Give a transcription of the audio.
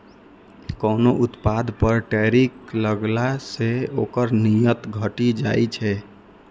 कोनो उत्पाद पर टैरिफ लगला सं ओकर निर्यात घटि जाइ छै